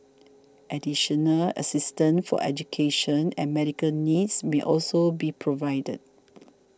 additional assistance for education and medical needs may also be provided